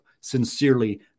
sincerely